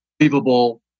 unbelievable